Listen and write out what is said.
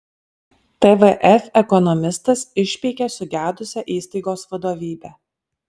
tvf ekonomistas išpeikė sugedusią įstaigos vadovybę